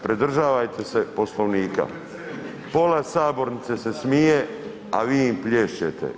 Pridržavajte se Poslovnika, pola sabornice se smije, a vi im plješćete.